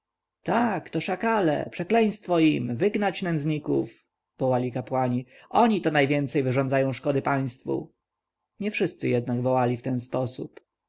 tak to szakale przekleństwo im wygnać nędzników wołali kapłani oni to najwięcej szkody wyrządzają państwu nie wszyscy jednak wołali w ten sposób